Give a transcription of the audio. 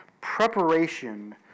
preparation